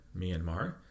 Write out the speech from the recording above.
Myanmar